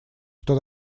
что